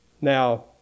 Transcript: Now